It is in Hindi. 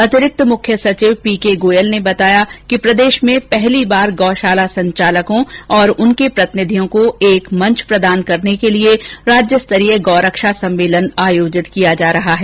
अतिरिक्त मुख्य सचिव पी के गोयल ने बताया कि प्रदेश में पहली बार गौशाला संचालकों और उनके प्रतिनिधियों को एक मंच प्रदान करने के लिए राज्यस्तरीय गौरक्षा सम्मेलन आयोजित किया जा रहा है